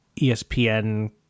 ESPN